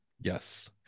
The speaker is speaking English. Yes